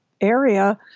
area